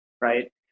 right